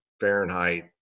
Fahrenheit